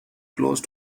close